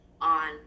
on